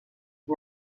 qui